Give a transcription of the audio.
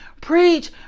Preach